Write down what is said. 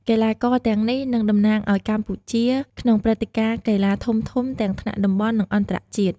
កីឡាករទាំងនេះនឹងតំណាងឱ្យកម្ពុជាក្នុងព្រឹត្តិការណ៍កីឡាធំៗ ទាំងថ្នាក់តំបន់ និងអន្តរជាតិ។